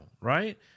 right